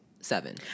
seven